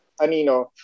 Anino